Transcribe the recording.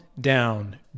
down